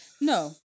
No